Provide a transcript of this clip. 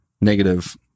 negative